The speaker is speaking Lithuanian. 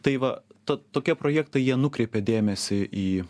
tai va to tokie projektai jie nukreipia dėmesį į